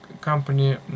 company